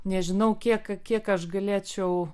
nežinau kiek kiek aš galėčiau